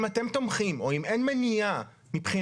אם אתם תומכים או אם אין מניעה מבחינתכם,